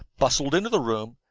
bustled into the room,